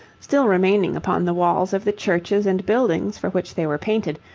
still remaining upon the walls of the churches and buildings for which they were painted,